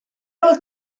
oedd